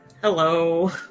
Hello